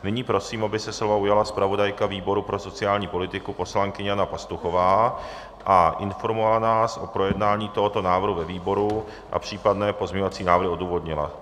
Nyní prosím, aby se slova ujala zpravodajka výboru pro sociální politiku poslankyně Jana Pastuchová a informovala nás o projednání tohoto návrhu ve výboru a případné pozměňovací návrhy odůvodnila.